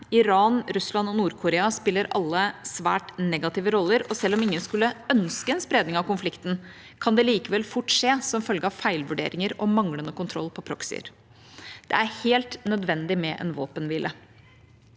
Iran, Russland og Nord-Korea spiller alle svært negative roller. Selv om ingen skulle ønske en spredning av konflikten, kan det likevel fort skje som følge av feilvurderinger og manglende kontroll på proxyer. Det er helt nødvendig med en våpenhvile.